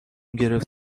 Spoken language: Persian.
گرفت